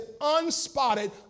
unspotted